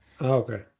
okay